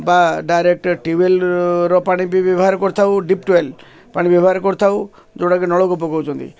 ବା ଡାଇରେକ୍ଟ ଟ୍ୟୁଓ୍ୱେଲ୍ର ପାଣି ବି ବ୍ୟବହାର କରିଥାଉ ଡିପ୍ ଟ୍ୟୁଓ୍ୱେଲ୍ ପାଣି ବ୍ୟବହାର କରିଥାଉ ଯୋଉଟାକି ନଳକୂପ କହୁଛନ୍ତି